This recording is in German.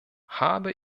habe